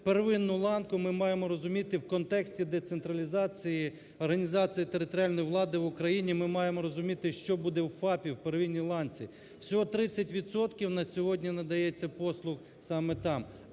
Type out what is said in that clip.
первинну ланку ми маємо розуміти в контексті децентралізації організації територіальної влади в Україні, ми маємо розуміти, що буде в ФАПі, в первинній ланці. Всього 30 відсотків на сьогодні надається послуг саме там,